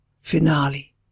Finale